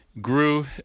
grew